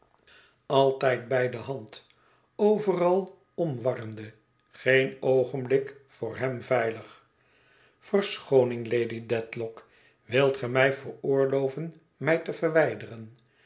altijd bij de hand overal omwarende geen oogenblik voor hem veilig verschooning lady dedlock wilt ge mij veroorlooven mij te verwijderen